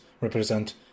represent